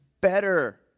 better